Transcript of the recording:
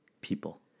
people